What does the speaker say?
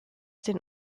den